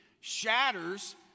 shatters